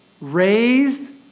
raised